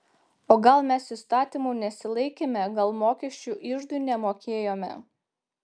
o gal mes įstatymų nesilaikėme gal mokesčių iždui nemokėjome